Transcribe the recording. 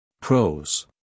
Pros